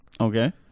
Okay